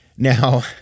Now